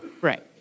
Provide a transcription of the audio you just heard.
Right